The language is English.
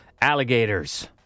alligators